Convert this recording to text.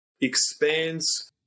expands